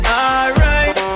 alright